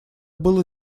было